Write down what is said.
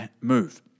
move